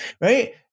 right